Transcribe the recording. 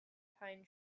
pine